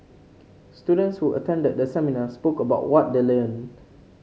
students who attended the seminar spoke about what they learned